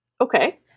Okay